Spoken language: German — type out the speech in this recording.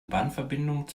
bahnverbindung